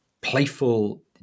playful